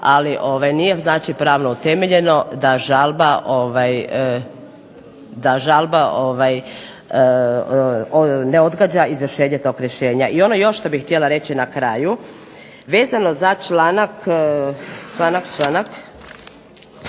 ali nije znači pravno utemeljeno da žalba ne odgađa izvršenje tog rješenja. I ono što bih još htjela reći na kraju vezano za članak